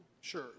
Sure